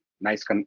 nice